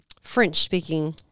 French-speaking